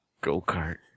Go-kart